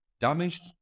damaged